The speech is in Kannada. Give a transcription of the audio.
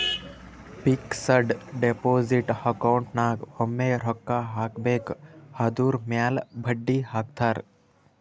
ಫಿಕ್ಸಡ್ ಡೆಪೋಸಿಟ್ ಅಕೌಂಟ್ ನಾಗ್ ಒಮ್ಮೆ ರೊಕ್ಕಾ ಹಾಕಬೇಕ್ ಅದುರ್ ಮ್ಯಾಲ ಬಡ್ಡಿ ಹಾಕ್ತಾರ್